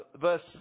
verse